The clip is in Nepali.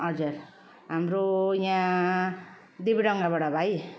हजुर हाम्रो यहाँ देवीडङ्गाबाट भाइ